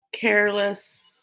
careless